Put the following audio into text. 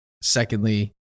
Secondly